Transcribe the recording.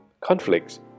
conflicts